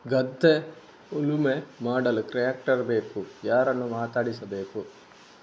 ಗದ್ಧೆ ಉಳುಮೆ ಮಾಡಲು ಟ್ರ್ಯಾಕ್ಟರ್ ಬೇಕು ಯಾರನ್ನು ಮಾತಾಡಿಸಬೇಕು?